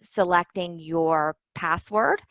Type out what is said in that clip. selecting your password,